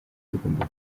bigomba